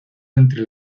entre